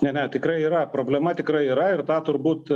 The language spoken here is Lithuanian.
ne ne tikrai yra problema tikrai yra ir tą turbūt